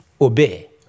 obey